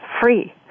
free